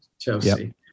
Chelsea